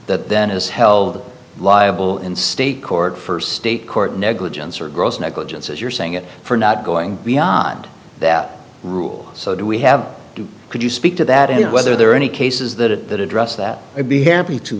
that then is held liable in state court first state court negligence or gross negligence as you're saying it for not going beyond that rule so do we have to could you speak to that and whether there are any cases that at that address that i'd be happy to